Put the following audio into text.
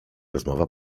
rozmowa